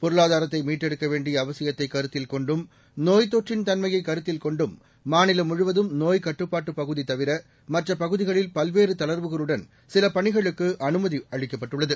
பொருளாதாரத்தை மீட்டெடுக்க வேண்டிய அவசியத்தை கருத்தில் கொண்டும் நோய்த் தொற்றின் தன்மையை கருத்தில் கொண்டும் மாநிலம் முழுவதும் நோய்க் கட்டுப்பாட்டு பகுதி தவிர மற்ற பகுதிகளில் பல்வேறு தளர்வுகளுடன் சில பணிகளுக்கு அனுமதி அளிக்கப்பட்டுள்ளது